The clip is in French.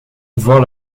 voir